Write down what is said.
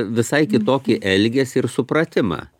visai kitokį elgesį ir supratimą